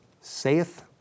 saith